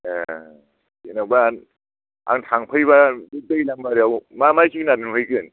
ए जेन'बा आं थांब्ला दैलांबारियाव मा मा जुनार नुहैगोन